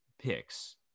picks